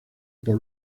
por